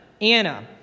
Anna